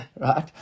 right